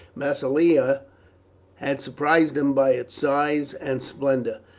massilia had surprised him by its size and splendour,